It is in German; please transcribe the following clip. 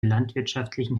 landwirtschaftlichen